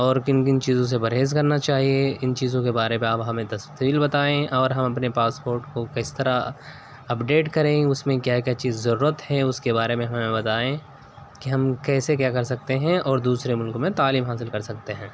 اور کن کن چیزوں سے پرہیز کرنا چاہیے ان چیزوں کے بارے میں آپ ہمیں تفصیل بتائیں اور ہم اپنے پاسپورٹ کو کس طرح اپڈیٹ کریں اس میں کیا کیا چیز ضرورت ہے اس کے بارے میں ہمیں بتائیں کہ ہم کیسے کیا کر سکتے ہیں اور دوسرے ملک میں تعلیم حاصل کر سکتے ہیں